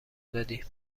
دادی